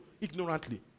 ignorantly